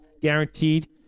guaranteed